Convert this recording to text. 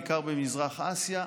בעיקר במזרח אסיה,